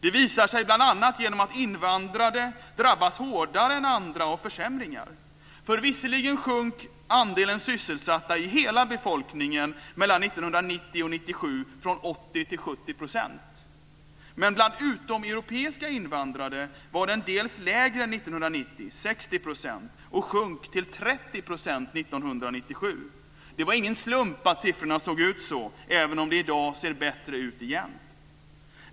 Den visar sig bl.a. genom att invandrade drabbas hårdare än andra av försämringar. Visserligen sjönk andelen sysselsatta i hela befolkningen mellan 1990 och 1997 från 80 % till 70 %, men bland utomeuropeiska invandrade var den lägre 1990 - 60 %- och sjönk till 30 % 1997. Det var ingen slump att siffrorna såg ut så, även om det i dag ser bättre ut igen.